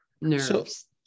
nerves